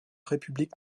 république